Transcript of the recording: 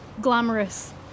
glamorous